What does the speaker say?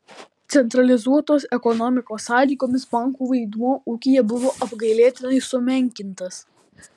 centralizuotos ekonomikos sąlygomis bankų vaidmuo ūkyje buvo apgailėtinai sumenkintas